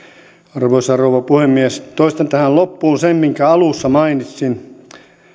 arvoisa rouva puhemies toistan tähän loppuun sen minkä alussa mainitsin